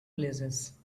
places